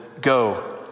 go